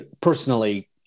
personally